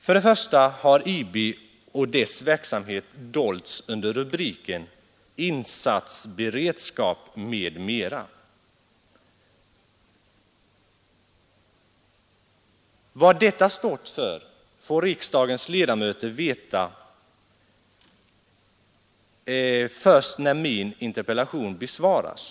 För det första har IB och dess verksamhet dolts under rubriken Insatsberedskap m.m. Vad detta har stått för får riksdagens ledamöter veta först när min interpellation besvaras.